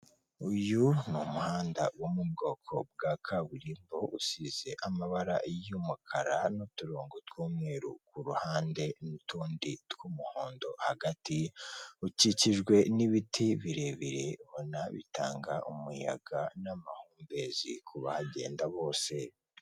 Uyu muhanda wo mu bwoko bwa kaburimbo usize amabara y'umukara n'uturongo tw'umweru, kuruhande n'utundi tw'umuhondo ,hagati ukikijwe n'ibiti birebire ubona bitanga umuyaga n'amahumbezi ku bagenda bose.